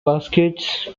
baskets